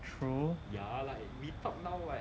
true